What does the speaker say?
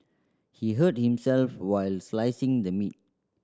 he hurt himself while slicing the meat